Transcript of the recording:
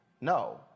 No